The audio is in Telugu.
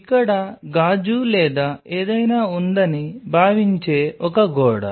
ఇక్కడ గాజు లేదా ఏదైనా ఉందని భావించే ఒక గోడ